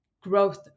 growth